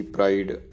Pride